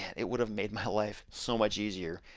it would have made my life so much easier.